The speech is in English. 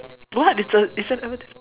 what it's a it's an advertise~